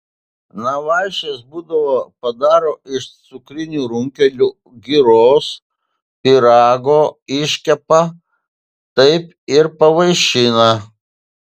na vaišės būdavo padaro iš cukrinių runkelių giros pyrago iškepa taip ir pavaišina